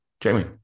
jamie